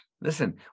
Listen